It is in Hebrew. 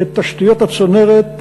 את תשתיות הצנרת,